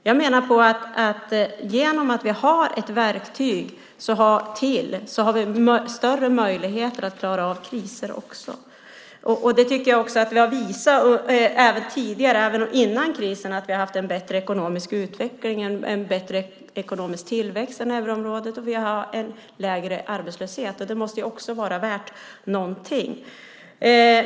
Jag menar att genom att vi har ett verktyg till har vi större möjligheter att klara av kriser också. Det tycker jag också att vi har visat även tidigare, före krisen, då vi har haft en bättre ekonomisk utveckling och tillväxt än euroområdet och en lägre arbetslöshet. Det måste ju också vara värt någonting.